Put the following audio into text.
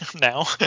now